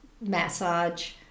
massage